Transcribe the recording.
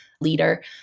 leader